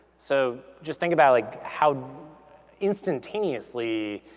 so just think about like how instantaneously.